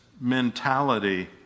mentality